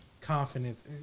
confidence